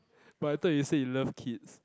but I thought you said you love kids